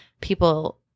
people